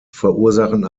verursachen